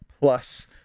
Plus